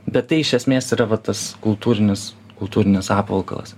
bet tai iš esmės yra va tas kultūrinis kultūrinis apvalkalas